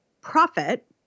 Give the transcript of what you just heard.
profit